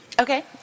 Okay